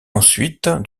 ensuite